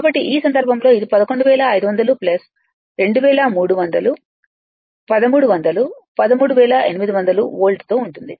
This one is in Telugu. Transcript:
కాబట్టి ఈ సందర్భంలో ఇది 11500 2300 1300 13800 వోల్ట్తో ఉంటుంది